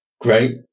great